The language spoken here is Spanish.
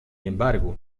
embargo